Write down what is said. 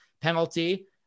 penalty